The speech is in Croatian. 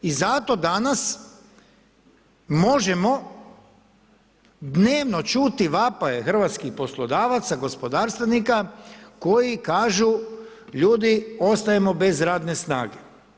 I zato danas možemo dnevno čuti vapaje hrvatskih poslodavaca, gospodarstvenika koji kažu ljudi ostajemo bez radne snage.